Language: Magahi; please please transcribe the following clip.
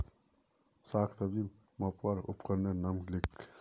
साग सब्जी मपवार उपकरनेर नाम लिख?